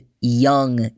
young